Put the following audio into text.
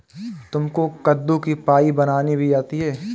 तुमको कद्दू की पाई बनानी भी आती है?